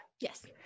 Yes